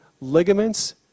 ligaments